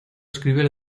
escribe